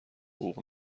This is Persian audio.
حقوق